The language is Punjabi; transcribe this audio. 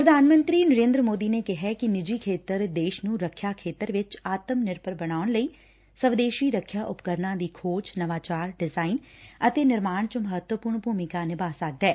ਪੁਧਾਨ ਮੰਤਰੀ ਨਰੇਂਦਰ ਸੋਦੀ ਨੇ ਕਿਹੈ ਕਿ ਨਿੱਜੀ ਖੇਤਰ ਦੇਸ਼ ਨੂੰ ਰੱਖਿਆ ਖੇਤਰ ਵਿਚ ਆਤਮ ਨਿਰਭਰ ਬਣਾਉਣ ਲਈ ਸਵਦੇਸ਼ੀ ਰਖਿਆ ਉਪਕਰਨਾ ਦੀ ਖੋਜ ਨਵਾਚਾਰ ਡਿਜ਼ਾਇਨ ਅਤੇ ਨਿਰਮਾਣ ਚ ਮਹੱਤਵਪੂਰਨ ਭੁਮਿਕਾ ਨਿਭਾ ਸਕਦੈ